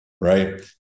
right